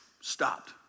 stopped